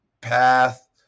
path